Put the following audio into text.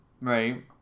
right